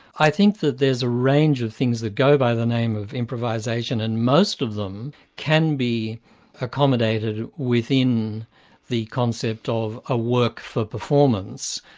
i think that there's a range of things that go by the name of improvisation, and most of them can be accommodated within the concept of a work for performance.